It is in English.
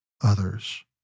others